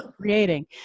creating